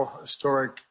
historic